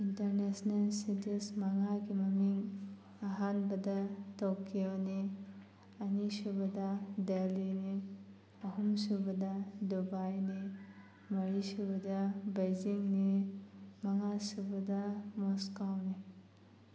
international cities ꯃꯉꯥꯒꯤ ꯃꯃꯤꯡ ꯑꯍꯥꯟꯕꯗ ꯇꯣꯛꯀ꯭ꯌꯣꯅꯤ ꯑꯅꯤꯁꯨꯕꯗ ꯗꯦꯜꯂꯤꯅꯤ ꯑꯍꯨꯝꯁꯨꯕꯗ ꯗꯨꯕꯥꯏꯅꯤ ꯃꯔꯤꯁꯨꯕꯗ ꯕꯩꯖꯤꯡꯅꯤ ꯃꯉꯥꯁꯨꯕꯗ ꯃꯣꯁꯀꯣꯅꯤ